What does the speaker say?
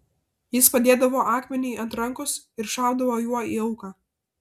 jis padėdavo akmenį ant rankos ir šaudavo juo į auką